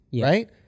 right